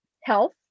health